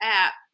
app